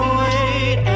wait